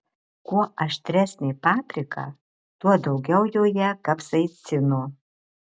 kuo aštresnė paprika tuo daugiau joje kapsaicino